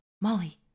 Molly